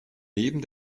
neben